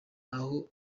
aho